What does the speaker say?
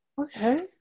Okay